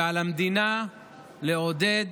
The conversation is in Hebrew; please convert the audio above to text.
ועל המדינה לעודד